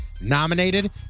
Nominated